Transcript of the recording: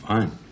Fine